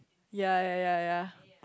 ya ya ya ya